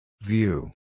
View